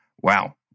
Wow